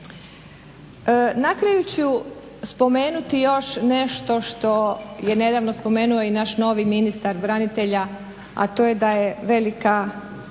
Na kraju ću spomenuti još nešto što je nedavno spomenuo i naš novi ministar branitelja, a to je da je veliki